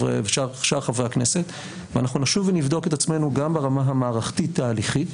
חברי הכנסת ואנחנו נשוב ונבדוק את עצמנו גם ברמה המערכתית תהליכית